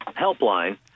helpline